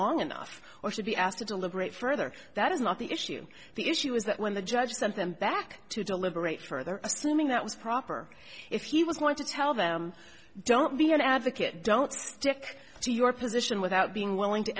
long enough or should be asked to deliberate further that is not the issue the issue is that when the judge sent them back to deliberate further assuming that was proper if he was going to tell them don't be an advocate don't stick to your position without being willing to